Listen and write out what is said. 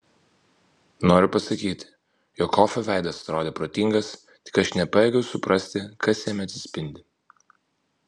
noriu pasakyti jog kofio veidas atrodė protingas tik aš nepajėgiau suprasti kas jame atsispindi